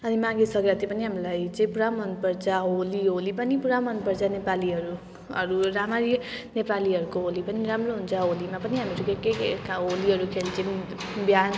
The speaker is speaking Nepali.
अब माघे सङ्क्रान्ति पनि हामीहरूलाई चाहिँ पुरा मनपर्छ होली होली पनि पुरा मनपर्छ नेपालीहरू अरू राम्ररी नेपालीहरूको होली पनि राम्रो हुन्छ होलीमा पनि हामीहरू के केका होलीहरू खेल्छौँ बिहान